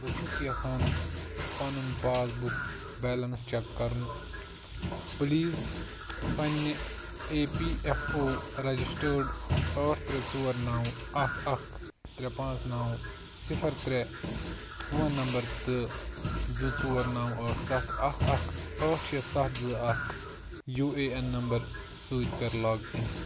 بہٕ چھُس یَژھان پَنُن پاس بُک بیلینٕس چَک کَرُن پٕلیٖز پنٛنہِ A P F O registered ٲٹھ ترٛےٚ ژور نَو اَکھ اَکھ ترٛےٚ پانٛژھ نَو صِفر ترٛےٚ فون نَمبَر تہٕ زٕ ژور نَو ٲٹھ سَتھ اَکھ اکھ ٲٹھ شےٚ سَتھ زٕ اَکھ یوٗ اے اٮ۪ن نَمبَر سۭتۍ کَر لاگ اِن